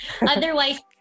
otherwise